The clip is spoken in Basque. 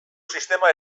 sistema